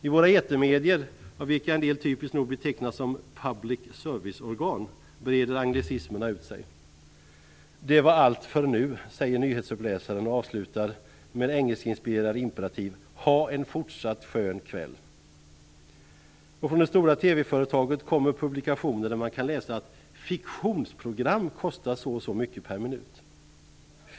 I våra etermedier, av vilka en del typiskt nog betecknas som public service-organ, breder anglicismerna ut sig. "Det var allt för nu", säger nyhetsuppläsaren och avslutar med engelskinspirerad imperativ: "Ha en fortsatt skön kväll!" Och från det stora TV företaget kommer publikationer där man kan läsa att "fiktionsprogram" kostar så och så mycket per minut.